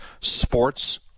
sports